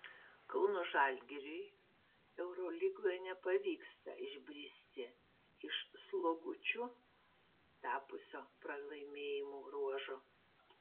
kauno žalgiriui eurolygoje nepavyksta išbristi iš slogučiu tapusio pralaimėjimų ruožo